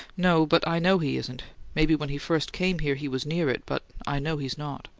no. but i know he isn't. maybe when he first came here he was near it, but i know he's not.